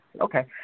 Okay